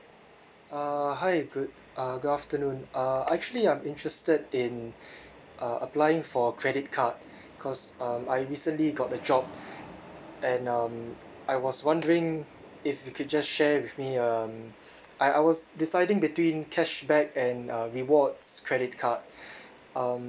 uh hi good uh good afternoon uh actually I'm interested in uh applying for credit card cause um I recently got a job and um I was wondering if you could just share with me um I I was deciding between cashback and um rewards credit card um